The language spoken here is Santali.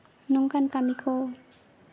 ᱱᱚᱝᱠᱟᱱ ᱠᱟᱹᱢᱤ ᱠᱚ